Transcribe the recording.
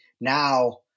now